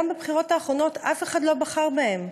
גם בבחירות האחרונות אף אחד לא בחר בהם,